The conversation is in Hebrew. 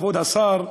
כבוד השר,